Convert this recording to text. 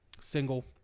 single